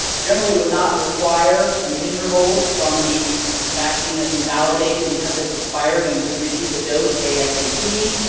generally would not require an interval from the vaccine that's invalidated because it's expired, you would just repeat the dose asap.